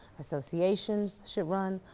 associations should run,